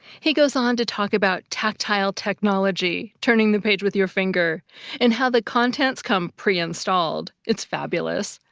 he goes on to talk about tactile technology turning the page with your finger and how the content comes preinstalled. it's fabulous.